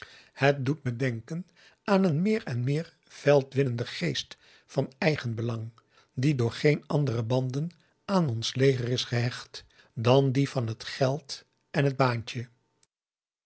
het doet me denken aan een meer en meer veldwinnenden geest van eigenbelang die door geen andere banden aan ons leger is gehecht dan die van het geld en het baantje